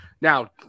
now